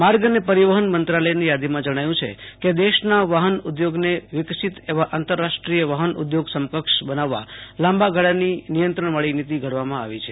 માર્ગ અને પરિવહન મંત્રાલયની યાદીમાં જણાવ્યું છે કે દેશના વાહન ઉધોગન વિકસીત એવા આંતરરાષ્ટ્રીય વાહન ઉધોગ સમકક્ષ લાંબા ગાઈાની નિયંત્રણવાળો નીતિ ઘડવામાં આવી છે